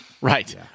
Right